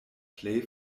plej